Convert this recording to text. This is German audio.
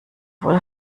wohl